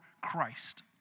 Christ